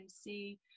see